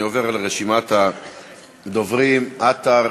אני עובר על רשימת הדוברים: עטר,